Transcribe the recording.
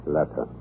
Letter